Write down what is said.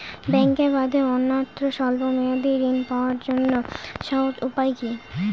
ব্যাঙ্কে বাদে অন্যত্র স্বল্প মেয়াদি ঋণ পাওয়ার জন্য সহজ উপায় কি?